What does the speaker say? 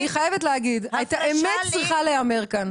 אני חייבת להגיד, האמת צריכה להיאמר כאן.